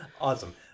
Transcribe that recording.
Awesome